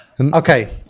okay